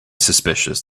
suspicious